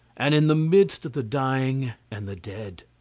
and in the midst of the dying and the dead.